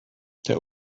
der